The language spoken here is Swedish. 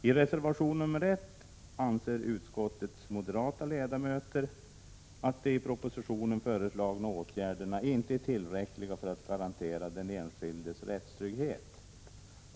I reservation nr 1 anser utskottets moderata ledamöter att de i propositionen föreslagna åtgärderna inte är tillräckliga för att garantera den enskildes rättstrygghet.